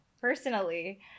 personally